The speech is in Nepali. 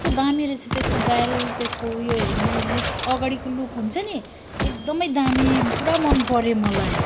कस्तो दामी रहेछ त्यसको डायल त्यस्तो उयो हेर्ने लुक अगाडिको लुक हुन्छ नि एकदमै दामी पुरा मनपर्यो मलाई